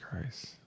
Christ